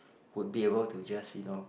would be able to just you know